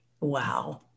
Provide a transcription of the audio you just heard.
Wow